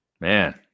Man